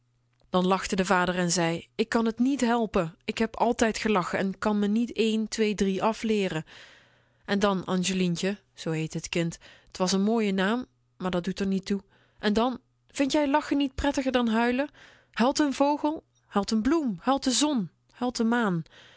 lachte de vader en zei ik kan t niet helpen ik heb altijd gelachen en kan me dat niet een twee drie afleeren en dan angelientje zoo heette t kind t was n mooie naam maar dat doet r niet toe en dan vind jij lachen niet prettiger dan huilen huilt n vogel huilt n bloem huilt de zon huilt de maan